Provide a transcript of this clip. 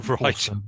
right